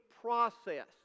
process